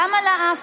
גם על האף,